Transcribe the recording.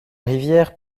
rivière